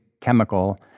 chemical